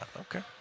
Okay